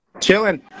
Chilling